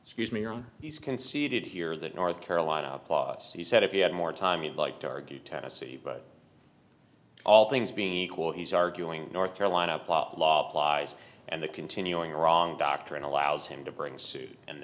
scuse me on these conceded here is that north carolina applauds he said if you had more time you'd like to argue tennessee but all things being equal he's arguing north carolina law applies and the continuing wrong doctrine allows him to bring suit and